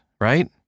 right